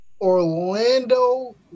Orlando